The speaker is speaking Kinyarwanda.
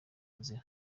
nzira